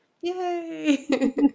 Yay